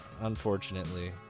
unfortunately